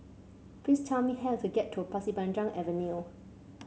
please tell me how to get to Pasir Panjang Avenue